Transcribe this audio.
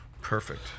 Perfect